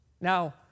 Now